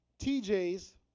TJ's